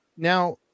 Now